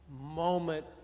moment